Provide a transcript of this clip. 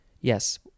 Yes